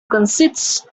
consists